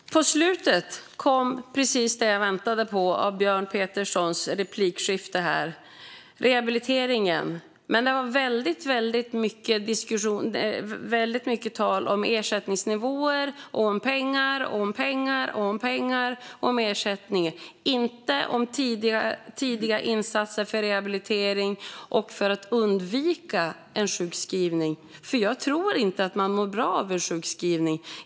Fru talman! På slutet kom precis det jag väntade på i Björn Peterssons replik: rehabiliteringen. Men det var väldigt mycket tal om ersättningsnivåer, om pengar, om pengar, om pengar och om ersättning, inte om tidiga insatser för rehabilitering och för att undvika en sjukskrivning. Jag tror nämligen inte att man mår bra av en sjukskrivning.